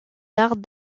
arts